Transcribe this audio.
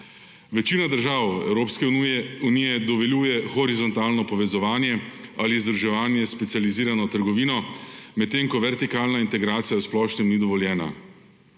Večina držav Evropske unije dovoljuje horizontalno povezovanje ali združevanje s specializirano trgovino, medtem ko vertikalna integracija v splošnem ni dovoljenja.